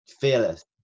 fearless